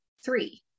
three